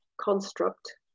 construct